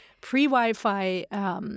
Pre-Wi-Fi